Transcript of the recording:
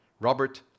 Robert